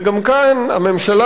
וגם כאן הממשלה,